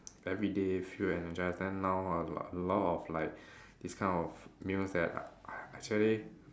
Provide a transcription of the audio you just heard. everyday feel energised then now a l~ a lot of like this kind of news that uh actually